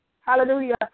hallelujah